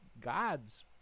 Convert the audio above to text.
God's